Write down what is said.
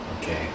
Okay